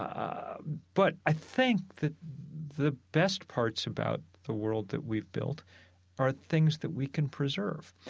um but i think that the best parts about the world that we've built are things that we can preserve.